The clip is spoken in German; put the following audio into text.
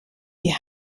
die